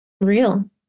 real